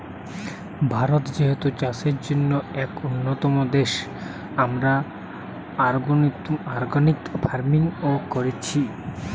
ভারত যেহেতু চাষের জন্যে এক উন্নতম দেশ, আমরা অর্গানিক ফার্মিং ও কোরছি